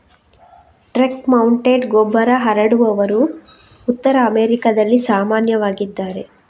truck mounted ಗೊಬ್ಬರ ಹರಡುವವರು ಉತ್ತರ ಅಮೆರಿಕಾದಲ್ಲಿ ಸಾಮಾನ್ಯವಾಗಿದ್ದಾರೆ